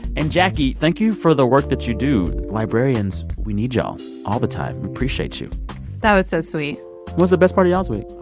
and, jackie, thank you for the work that you do. librarians, we need y'all all the time. appreciate you that was so sweet what was the best part of y'all's week?